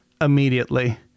immediately